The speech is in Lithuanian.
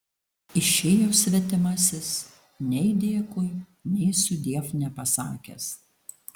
išėjo svetimasis nei dėkui nei sudiev nepasakęs